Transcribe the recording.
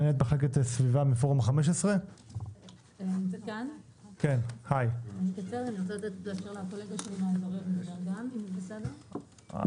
מנהלת מחלקת סביבה בפורום 15. אני מדברת בשם פורום 15. אנחנו חושבים